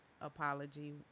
apology